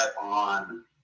on